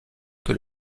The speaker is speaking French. que